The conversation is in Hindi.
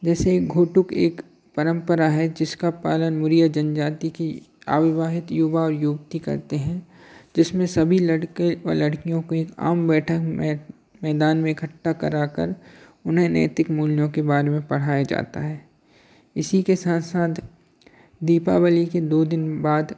जैसे घोटुक एक परम्परा है जिसका पालन मुरिया जनजाति की अविवाहित युवा और युवती करते हैं जिसमें सभी लड़के व लड़कियों को एक आम बैठक में मैदान में इकट्ठा कराकर उन्हें नैतिक मूल्यों के बारे में पढ़ाया जाता है इसी के साथ साथ दीपावली के दो दिन बाद